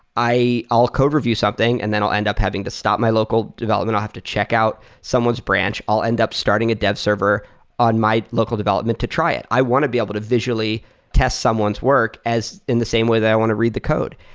i'll code review something and then i'll end up having to stop my local development. i'll have to check out someone's branch. i'll end up starting a dev server on my local development to try it. i want to be able to visually test someone's work as in the same way that i want to read the code.